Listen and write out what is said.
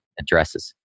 addresses